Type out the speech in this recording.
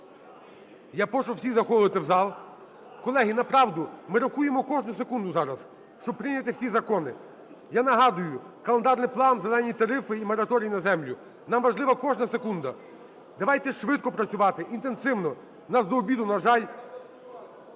Я прошу всіх заходити в зал. Колеги, на правду, ми рахуємо кожну секунду зараз, щоб прийняти всі закони. Я нагадую: календарний план, "зелені" тарифи і мораторій на землю, нам важлива кожна секунда. Давайте швидко працювати, інтенсивно, у нас до обіду, на жаль…